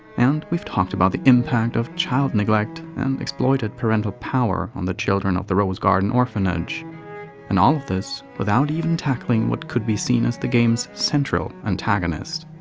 and we've talked about the impact of child neglect and exploited parental power on the children of the rose garden orphanage and all of this without even tackling what could be seen as the game's central antagonist.